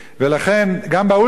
גם באולפנה,